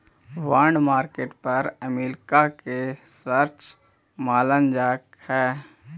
bond market पर America के वर्चस्व मानल जा हइ